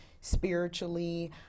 spiritually